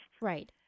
Right